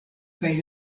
kaj